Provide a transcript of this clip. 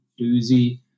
doozy